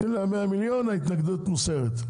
נותנים להם 100 מיליון ההתנגדות מוסרת.